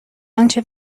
آنچه